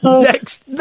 Next